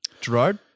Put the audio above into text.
Gerard